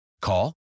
Call